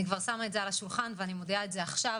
אני כבר שמה את זה על השולחן ואני מודיעה את זה עכשיו,